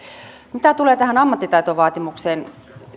mitä tulee tähän ammattitaitovaatimukseen